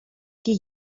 qui